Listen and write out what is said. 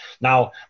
Now